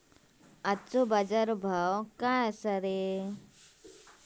आजचो बाजार भाव काय आसा?